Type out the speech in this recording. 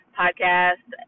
podcast